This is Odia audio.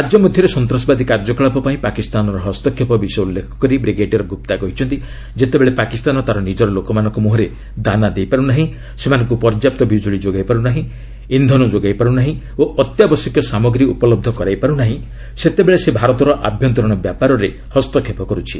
ରାଜ୍ୟମଧ୍ୟରେ ସନ୍ତାସବାଦୀ କାର୍ଯ୍ୟକଳାପ ପାଇଁ ପାକିସ୍ତାନର ହସ୍ତକ୍ଷେପ ବିଷୟ ଉଲ୍ଲେଖ କରି ବ୍ରିଗେଡିୟର ଗୁପ୍ତା କହିଛନ୍ତି ଯେତେବେଳେ ପାକିସ୍ତାନ ତା'ର ନିଜର ଲୋକମାନଙ୍କ ମୁହଁରେ ଦାନା ଦେଇପାରୁନାହିଁ ସେମାନଙ୍କୁ ପର୍ଯ୍ୟାପ୍ତ ବିକୁଳି ଯୋଗାଇ ପାରୁନାହିଁ ଇନ୍ଧନ ଯୋଗାଇପାରୁନାହିଁ ଓ ଅତ୍ୟାବଶ୍ୟକୀୟ ସାମଗ୍ରୀ ଉପଲବ୍ଧ କରାଇପାରୁନାହିଁ ସେତେବେଳେ ସେ ଭାରତର ଆଭ୍ୟନ୍ତରୀଣ ବ୍ୟାପାରରେ ହସ୍ତକ୍ଷେପ କରୁଛି